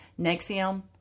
Nexium